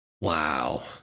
Wow